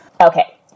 Okay